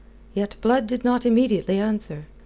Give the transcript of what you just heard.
yet blood did not immediately answer.